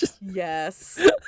Yes